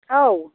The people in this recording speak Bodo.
औ